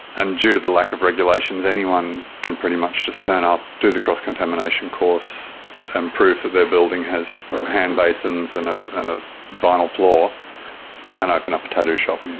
and due to the lack of regulations, anyone can pretty much just turn up, do the cross-contamination course and prove that their building has hand basins and ah and a vinyl floor and open up a tattoo shop.